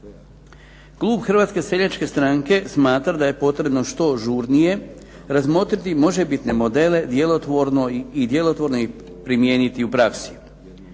Klub Hrvatske seljačke stranke smatra da je potrebno što žurnije razmotriti možebitne modele i djelotvorno ih primijeniti u praksi.